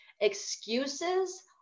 Excuses